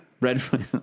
Red